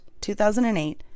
2008